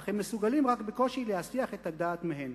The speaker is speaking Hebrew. אך הם מסוגלים רק בקושי להסיח את הדעת מהן.